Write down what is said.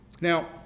Now